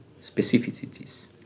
specificities